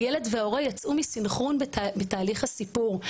הילד וההורה יצאו מסנכרון בתהליך הסיפור.